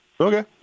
Okay